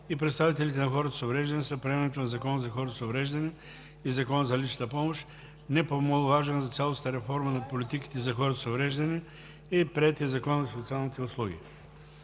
и представителите на хората с увреждания са приемането на Закона за хората с увреждания и Закона за личната помощ. Не по-маловажен за цялостната реформа на политиките за хората с увреждания е и приетият Закон за социалните услуги.